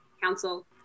council